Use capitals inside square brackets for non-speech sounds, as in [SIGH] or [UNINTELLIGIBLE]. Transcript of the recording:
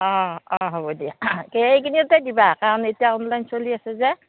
অঁ অঁ হ'ব দিয়া এইখিনিতে [UNINTELLIGIBLE] কাৰণ এতিয়া অনলাইন চলি আছে যে